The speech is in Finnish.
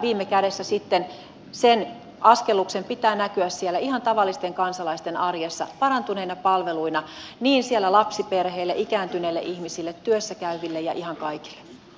viime kädessä sitten sen askelluksen pitää näkyä siellä ihan tavallisten kansalaisten arjessa parantuneina palveluina niin lapsiperheille ikääntyneille ihmisille työssäkäyville ja ihan kaikille